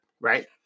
right